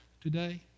today